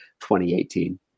2018